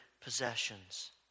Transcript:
possessions